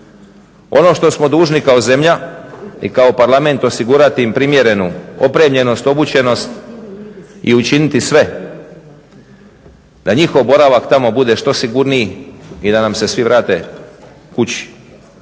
Ono što smo dužni kao zemlja i kao Parlament osigurati im primjerenu opremljenost, obučenost i učiniti sve da njihov boravak tamo bude što sigurniji i da nam se svi vrate kući.